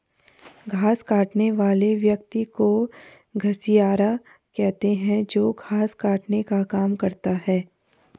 घास काटने वाले व्यक्ति को घसियारा कहते हैं जो घास काटने का काम करता है